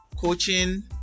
coaching